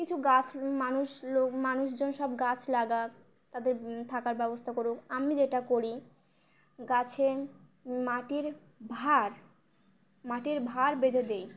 কিছু গাছ মানুষ লোক মানুষজন সব গাছ লাগাক তাদের থাকার ব্যবস্থা করুক আমি যেটা করি গাছে মাটির ভাঁড় মাটির ভাঁড় বেঁধে দিই